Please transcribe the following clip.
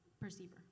perceiver